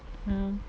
mm